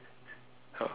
ya